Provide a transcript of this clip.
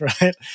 right